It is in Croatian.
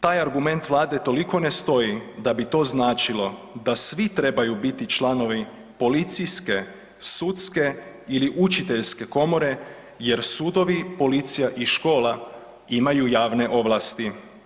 Taj argument Vlade toliko ne stoji da bi to značilo da svi trebaju biti članovi policijske, sudske ili učiteljske komore jer sudovi, policija i škola imaju javne ovlasti.